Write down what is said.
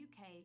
UK